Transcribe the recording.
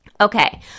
Okay